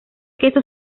queso